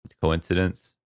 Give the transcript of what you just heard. Coincidence